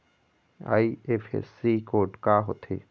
IFSC code का होथे?